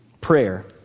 prayer